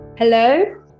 Hello